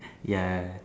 ya